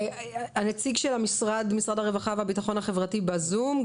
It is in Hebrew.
הנציג של משרד הרווחה והביטחון החברתי איתנו בזום,